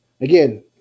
Again